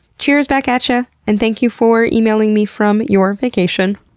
cheers back at ya! and thank you for emailing me from your vacation.